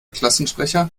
klassensprecher